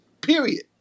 Period